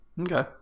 Okay